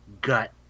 gut